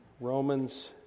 Romans